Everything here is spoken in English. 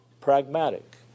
pragmatic